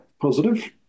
Positive